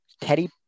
Teddy